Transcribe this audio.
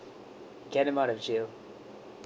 get him out of jail